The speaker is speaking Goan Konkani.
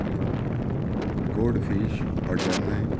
हॅलो गोल्ड फीश हॉटेल न्हय